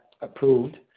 approved